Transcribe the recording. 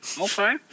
Okay